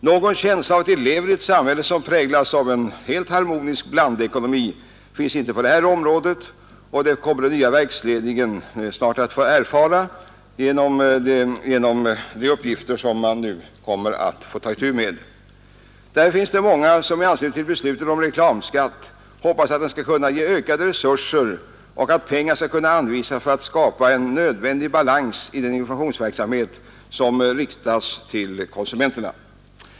Någon känsla av att vi lever i ett samhälle som präglas av en helt harmonisk blandekonomi finns inte på detta område, och det kommer den nya verksledningen snart att få erfara genom de uppgifter som man nu kommer att ta itu med. Därför finns det många som sysslar med dessa frågor som förväntar att beslutet om reklamskatt skall kunna ge ökade resurser och att åtminstone en del av dessa pengar skall kunna anvisas för att skapa en nödvändig balans i den informationsverksamhet som skall riktas till konsumenterna.